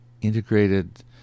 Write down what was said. integrated